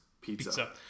Pizza